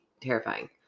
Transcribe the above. terrifying